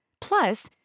Plus